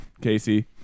Casey